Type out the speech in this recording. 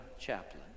chaplain